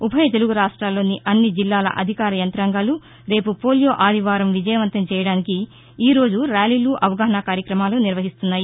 ఉభయ తెలుగు రాష్ట్రాల్లోని అన్ని జిల్లాల అధికార యంతాంగాలు రేపు పోలియో ఆదివారం విజయవంతం చేయడానికి ఈరోజు ర్యాలీలు అవగాహనా కార్యక్రమాలు నిర్వహిస్తున్నాయి